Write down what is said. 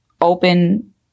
open